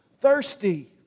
thirsty